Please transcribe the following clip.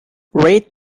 rate